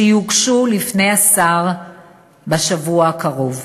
שיוגשו לשר בשבוע הקרוב.